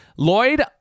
Lloyd